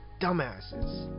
Dumbasses